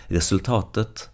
Resultatet